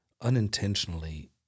unintentionally